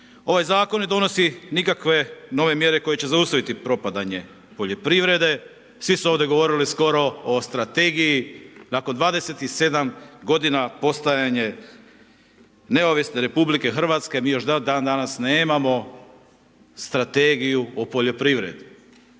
Ovaj zakon ne donosi nikakve nove mjere koje će zaustaviti propadanje poljoprivrede, svi su ovdje govorili skoro o strategiji. Nakon 27 godina postojanja neovisne RH mi još dan-danas nemamo strategiju o poljoprivredi.